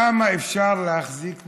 כמה אפשר להחזיק מעמד?